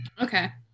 Okay